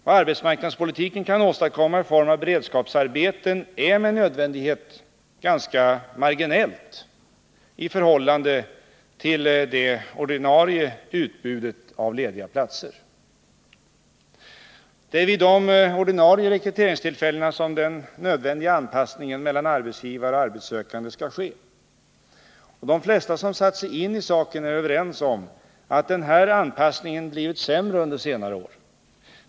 Vad arbetsmarknadspolitiken kan åstadkomma i form av beredskapsarbeten är med nödvändighet ganska marginellt i förhållande till det ordinarie utbudet av lediga platser. Det är vid de ordinarie rekryteringstillfällena som den nödvändiga anpassningen mellan arbetsgivare och arbetssökande skall ske. De flesta som satt sig in i frågan är överens om att den här anpassningen blivit sämre under senare år.